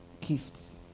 gifts